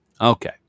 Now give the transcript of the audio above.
Okay